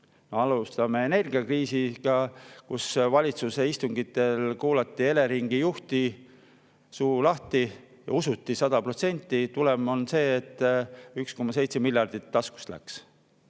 Alustame energiakriisist: valitsuse istungitel kuulati Eleringi juhti, suu lahti, usuti 100%. Tulem on see, et 1,7 miljardit taskust läks.